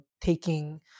taking